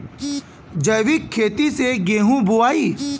जैविक खेती से गेहूँ बोवाई